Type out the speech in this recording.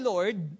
Lord